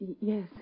Yes